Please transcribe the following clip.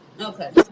Okay